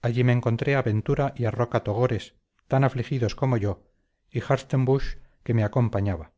allí me encontré a ventura y a roca togores tan afligidos como yo y hartzenbusch que me acompañaba